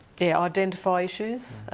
yeah, identify issues,